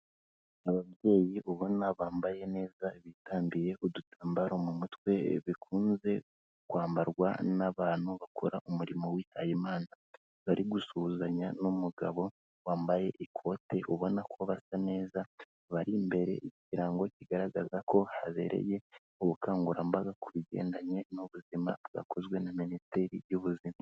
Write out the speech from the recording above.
Ababyeyi ubona bambaye neza bitandiye udutambaro mu mutwe bikunze kwambarwa n'abantu bakora umurimo wihaye Imana, bari gusuhuzanya n'umugabo, wambaye ikote ubona ko basa neza, bari imbere ikirango kigaragaza ko habereye, ubukangurambaga ku bigendanye n'ubuzima bwakozwe na Minisiteri y'Ubuzima.